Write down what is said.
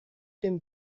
dem